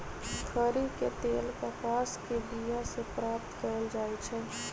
खरि के तेल कपास के बिया से प्राप्त कएल जाइ छइ